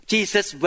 Jesus